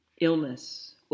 illness